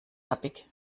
tappig